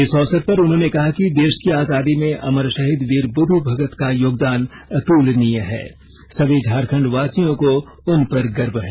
इस अवसर पर उन्होंने कहा कि देश की आजादी में अमर शहीद वीर बुध् भगत का योगदान अतुलनीय है सभी झारखंड वासियों को उनपर गर्व है